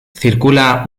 circula